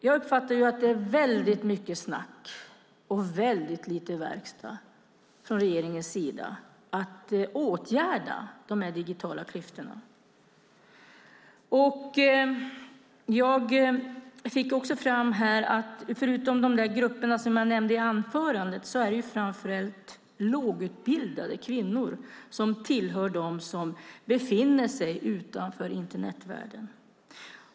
Jag uppfattar att det är väldigt mycket snack och väldigt lite verkstad från regeringens sida när det gäller att åtgärda de digitala klyftorna. Förutom de grupper jag nämnde i mitt anförande tillhör framför allt lågutbildade kvinnor dem som befinner sig utanför Internetvärlden.